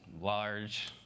large